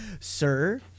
sir